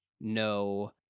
no